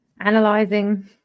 analyzing